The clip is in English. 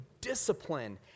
discipline